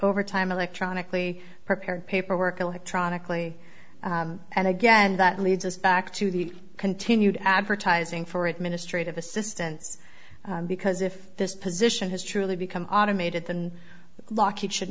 over time electronically prepared paperwork electronically and again that leads us back to the continued advertising for administrative assistants because if this position has truly become automated than the lock it should